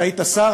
אתה היית שר,